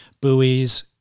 buoys